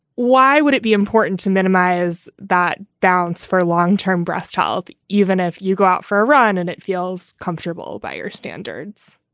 why would it be important to minimize that bounce for a long term breast health? even if you go out for a run and it feels comfortable by your standards,